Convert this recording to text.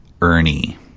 Ernie